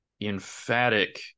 emphatic